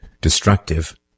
destructive